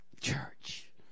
church